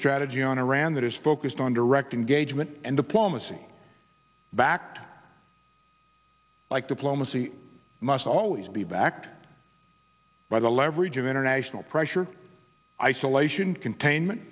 strategy on iran that is focused on direct engagement and diplomacy backed like diplomacy must always be backed by the leverage of international pressure isolation containment